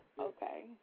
Okay